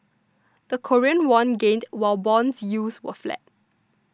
the Korean won gained while bond yields were flat